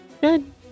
good